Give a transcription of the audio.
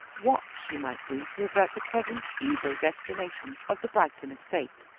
what she might do to avert the present evil destination of the bragton estate.